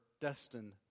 destined